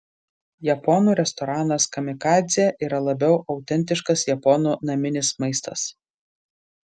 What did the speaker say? japonų restoranas kamikadzė yra labiau autentiškas japonų naminis maistas